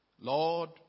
Lord